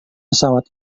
pesawat